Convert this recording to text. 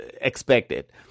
expected